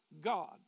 God